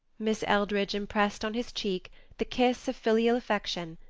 miss eldridge impressed on his cheek the kiss of filial affection,